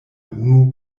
unu